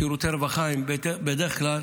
שירותי הרווחה, בדרך כלל